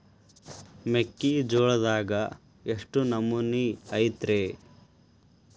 ಮೆಕ್ಕಿಜೋಳದಾಗ ಎಷ್ಟು ನಮೂನಿ ಐತ್ರೇ?